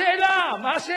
מהנאום.